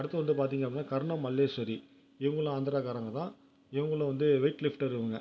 அடுத்து வந்து பார்த்தீங்க அப்படின்னா கர்ணம் மல்லேஸ்வரி இவங்களும் ஆந்தராக்காரங்க தான் இவங்களும் வந்து வெயிட் லிஃப்ட்டர் இவங்க